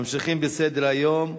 ממשיכים בסדר-היום,